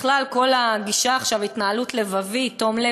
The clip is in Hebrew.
בכלל, כל הגישה עכשיו, התנהלות לבבית, תום לב.